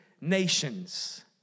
nations